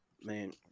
Man